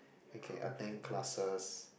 then you can attend classes